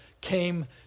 came